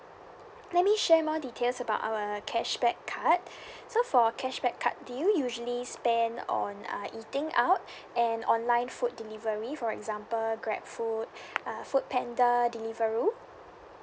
let me share more details about our cashback card so for cashback card do you usually spend on uh eating out and online food delivery for example grab food uh food panda deliveroo